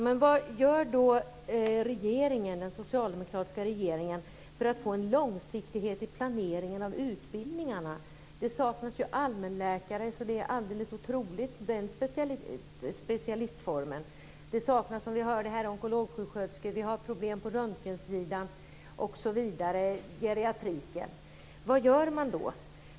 Fru talman! Ja, men vad gör då den socialdemokratiska regeringen för att få en långsiktighet i planeringen av utbildningarna? Det saknas ju allmänläkare något alldeles otroligt. Det saknas onkologsjuksköterskor, som vi hörde här. Vi har problem på röntgensidan, med geriatriken osv. Vad gör man då?